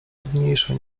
nudniejsze